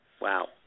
Wow